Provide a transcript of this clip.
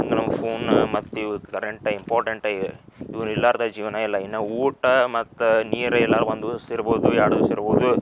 ಫೋನ ಮತ್ತು ಇವು current important ಆಗಿವೆ ಇವು ಇರಲಾರ್ದೆ ಜೀವನ ಇಲ್ಲ ಇನ್ನೂ ಊಟ ಮತ್ತು ನೀರು ಇರ್ಲಾರ ಒಂದು ದಿವಸ ಇರ್ಬೋದು ಎರಡು ದಿವಸ ಇರ್ಬೋದು